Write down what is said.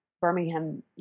Birmingham